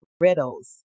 Riddles